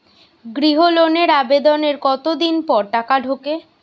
গৃহ লোনের আবেদনের কতদিন পর টাকা ঢোকে?